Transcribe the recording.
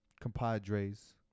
compadres